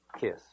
kiss